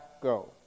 go